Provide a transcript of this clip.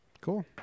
Cool